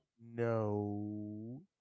No